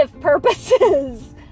purposes